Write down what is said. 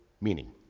meaning